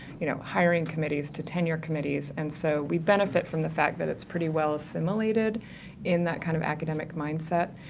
you know, hiring committees, to tenure committees. and so we benefit from the fact that it's pretty well assimilated in that kind of academic mindset.